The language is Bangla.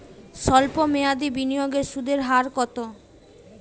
সল্প মেয়াদি বিনিয়োগে সুদের হার কত?